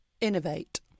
innovate